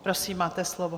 Prosím, máte slovo.